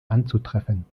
anzutreffen